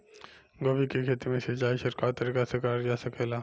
गोभी के खेती में सिचाई छिड़काव तरीका से क़रल जा सकेला?